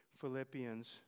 Philippians